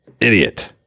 Idiot